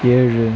ஏழு